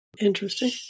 Interesting